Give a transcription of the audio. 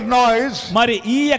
noise